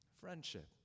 friendship